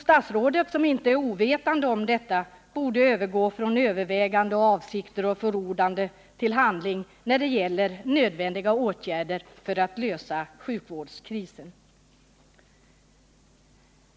Statsrådet, som inte är ovetande om detta, borde övergå från överväganden, avsikter och förordande till handling för att lösa sjukvårdskrisen.